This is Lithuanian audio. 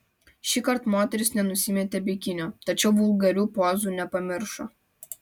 šįkart moteris nenusimetė bikinio tačiau vulgarių pozų nepamiršo